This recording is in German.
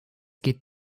geht